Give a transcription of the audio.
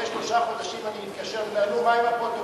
אחרי שלושה חודשים אני מתקשר: מה עם הפרוטוקול?